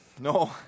No